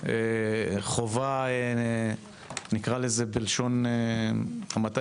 חווה אתגר נקרא לזה בלשון המעטה